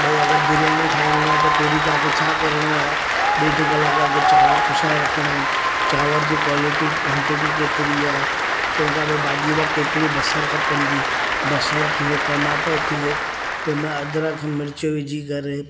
भई अगरि बिरयानी ठाहिणी आहे त पहिरियों तव्हांखे छा करिणो आहे ॾेढ कलाकु अॻु चांवर पुसाए रखणा आहिनि चांवर जी क्वालिटी क्वांटिटी केतिरी आहे तंहिंखां भाॼीअ लाइ केतिरी बसरि खपंदी बसरि थियो टमाटो थियो तंहिंमें अदरक मिर्च विझी करे